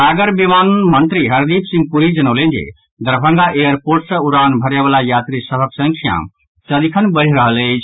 नागर विमानन मंत्री हरदीप सिंह पुरी जनौलनि जे दरभंगा एयरपोर्ट सॅ उड़ान भरयवला यात्री सभक की संख्या सदिखन बढि रहल अछि